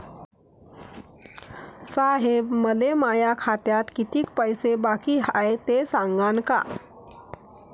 साहेब, मले माया खात्यात कितीक पैसे बाकी हाय, ते सांगान का?